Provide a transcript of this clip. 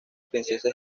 princesa